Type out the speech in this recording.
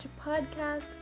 podcast